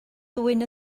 ddwyn